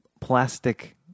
plastic